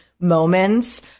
moments